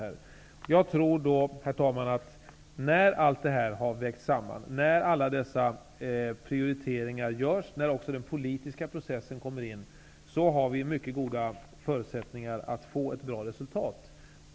Herr talman! När allt har vägts samman, när alla prioriteringar har gjorts och när den politiska processen kommer in, tror jag att vi har mycket goda förutsättningar att få ett bra resultat.